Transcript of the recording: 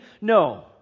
No